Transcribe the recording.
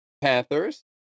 Panthers